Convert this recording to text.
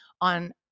on